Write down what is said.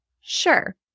Sure